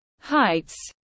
heights